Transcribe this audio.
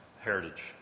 heritage